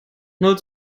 null